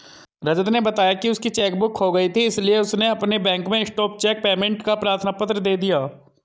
रजत ने बताया की उसकी चेक बुक खो गयी थी इसीलिए उसने अपने बैंक में स्टॉप चेक पेमेंट का प्रार्थना पत्र दे दिया